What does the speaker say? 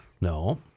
No